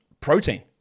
protein